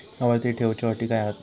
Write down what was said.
आवर्ती ठेव च्यो अटी काय हत?